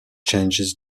changes